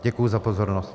Děkuji za pozornost.